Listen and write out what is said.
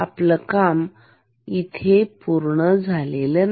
आपलं काम पूर्ण झालेले नाही